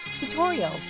tutorials